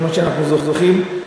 כמה שאנחנו זוכרים,